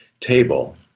table